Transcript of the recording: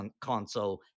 console